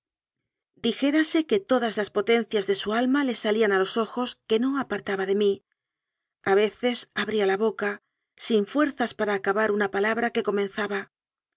dijérase que todas las po tencias de su alma le salían a los ojos que no apartaba de mí a veces abría la boca sin fuer zas para acabar una palabra que comenzaba